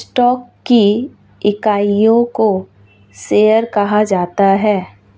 stock की इकाइयों को शेयर कहा जाता है